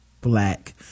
black